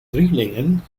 drielingen